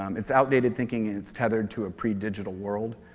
um it's outdated thinking, it's tethered to a pre-digital world.